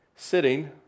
sitting